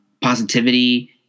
positivity